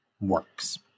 works